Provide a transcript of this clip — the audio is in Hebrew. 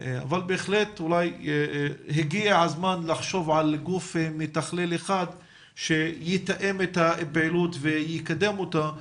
אבל הגיע הזמן לחשוב על גוף מתכלל אחד שיתאם את הפעילות ויקדם אותה.